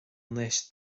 anois